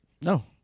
No